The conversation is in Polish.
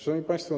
Szanowni Państwo!